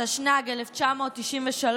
התשנ"ג 1993,